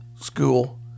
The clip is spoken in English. school